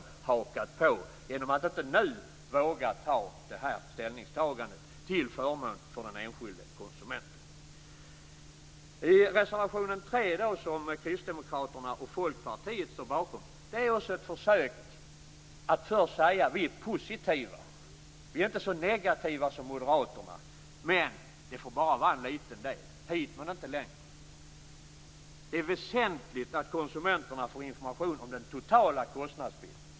Man har hakat på genom att man inte nu vågar göra det här ställningstagandet till förmån för den enskilde konsumenten. I reservation 3, som Kristdemokraterna och Folkpartiet står bakom, försöker man också först säga att man är positiv och inte så negativ som Moderaterna. Men det gäller bara till en viss del. Man säger: hit men inte längre. Det är väsentligt att konsumenterna får information om den totala kostnadsbilden.